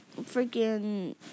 freaking